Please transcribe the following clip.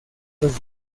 los